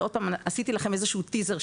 ועשיתי לכם טיזר,